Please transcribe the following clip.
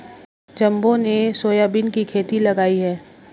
जम्बो ने सोयाबीन की खेती लगाई है